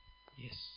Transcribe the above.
Yes